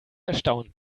erstaunt